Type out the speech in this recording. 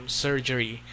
surgery